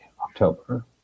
October